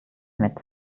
mit